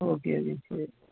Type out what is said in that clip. okay okay sir